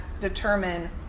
determine